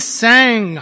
sang